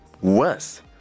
worse